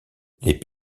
les